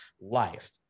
life